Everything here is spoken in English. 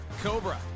cobra